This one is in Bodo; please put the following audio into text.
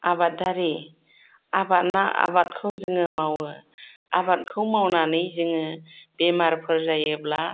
आबादारि आबादखौ जोङो मावो आबादखौ मावनानै जोङो बेमारफोर जायोब्ला